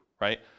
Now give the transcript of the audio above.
right